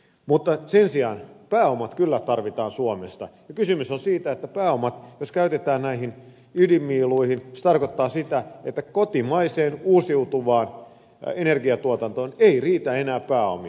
mutta sen sijaan pääomat kyllä tarvitaan suomesta ja kysymys on siitä että jos pääomat käytetään näihin ydinmiiluihin se tarkoittaa sitä että kotimaiseen uusiutuvaan energiatuotantoon ei riitä enää pääomia